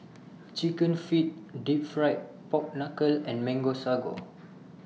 Chicken Feet Deep Fried Pork Knuckle and Mango Sago